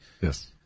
Yes